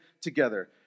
together